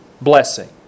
blessing